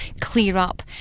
clear-up